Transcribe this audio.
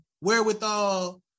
wherewithal